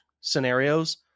scenarios